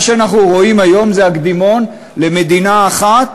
מה שאנחנו רואים היום זה הקדימון למדינה אחת